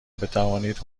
بتوانید